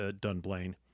Dunblane